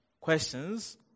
questions